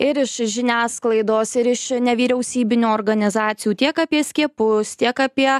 ir iš žiniasklaidos ir iš nevyriausybinių organizacijų tiek apie skiepus tiek apie